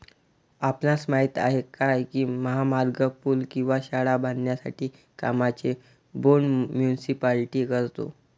आपणास माहित आहे काय की महामार्ग, पूल किंवा शाळा बांधण्याच्या कामांचे बोंड मुनीसिपालिटी करतो?